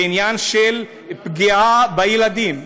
בעניין של פגיעה בילדים,